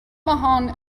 monahan